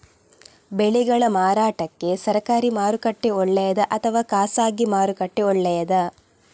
ಬೆಳೆಗಳ ಮಾರಾಟಕ್ಕೆ ಸರಕಾರಿ ಮಾರುಕಟ್ಟೆ ಒಳ್ಳೆಯದಾ ಅಥವಾ ಖಾಸಗಿ ಮಾರುಕಟ್ಟೆ ಒಳ್ಳೆಯದಾ